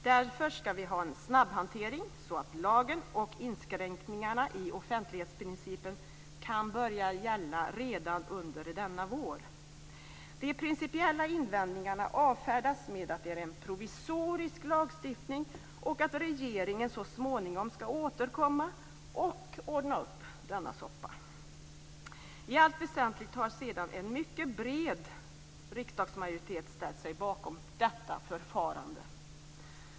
Därför ska vi ha en snabbhantering så att lagen och inskränkningarna i offentlighetsprincipen kan börja gälla redan under denna vår. De principiella invändningarna avfärdas med att det är en provisorisk lagstiftning och att regeringen så småningom ska återkomma och ordna upp denna soppa. I allt väsentligt har sedan en mycket bred riksdagsmajoritet ställt sig bakom detta förfarande.